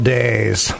days